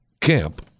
Camp